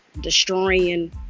Destroying